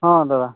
ହଁ ଦାଦା